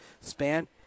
span